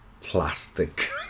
plastic